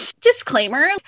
Disclaimer